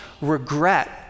regret